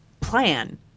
plan